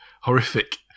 horrific